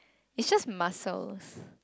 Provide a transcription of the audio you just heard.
it's just muscles